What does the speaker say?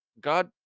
God